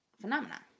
phenomena